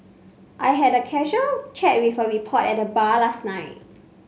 I had a casual chat with a reporter at the bar last night